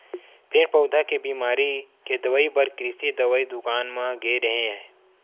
पेड़ पउधा के बिमारी के दवई बर कृषि दवई दुकान म गे रेहेंव